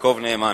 יעקב נאמן,